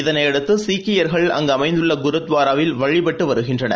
இதனையடுத்து சீக்கியர்கள் அங்கு அமைந்துள்ள குருத்வாராவில் வழிபட்டு வருகின்றனர்